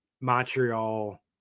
Montreal